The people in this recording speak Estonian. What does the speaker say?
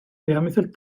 peamiselt